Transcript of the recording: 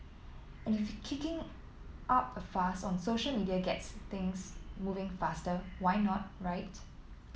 and if kicking up a fuss on social media gets things moving faster why not right